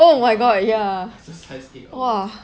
oh my god ya !wah!